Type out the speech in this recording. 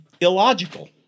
illogical